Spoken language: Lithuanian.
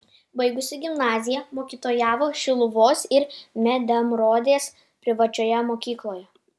baigusi gimnaziją mokytojavo šiluvos ir medemrodės privačioje mokykloje